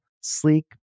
sleek